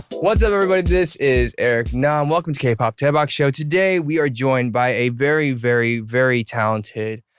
what's up everybody? this is eric nam. welcome to kpop daebak show. today we are joined by a very very very talented,